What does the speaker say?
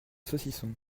saucisson